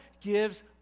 gives